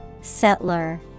Settler